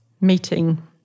meeting